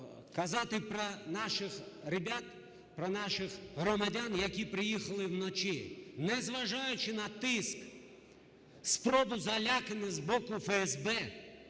казати про наших ребят, про наших громадян, які приїхали вночі. Не зважаючи на тиск, спробу залякувань з боку ФСБ,